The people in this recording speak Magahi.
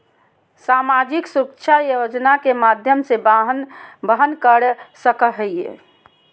सामाजिक सुरक्षा योजना के माध्यम से वहन कर सको हइ